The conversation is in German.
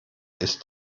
ist